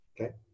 okay